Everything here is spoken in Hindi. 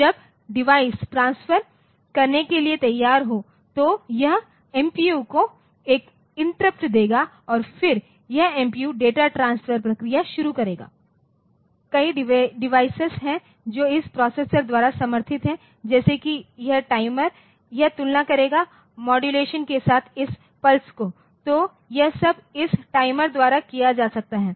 जब डिवाइस ट्रांसफर करने के लिए तैयार हो तो यह MPU को एक इंटरप्ट देगा और फिर यह MPU डेटा ट्रांसफर प्रक्रिया शुरू करेगा तो कई डेविसेस हैं जो इस प्रोसेसर द्वारा समर्थित हैं जैसे कि यह टाइमर यह तुलना करेगा मॉड्यूलेशन के साथ इस पल्स को तो यह सब इस टाइमर द्वारा किया जा सकता है